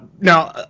Now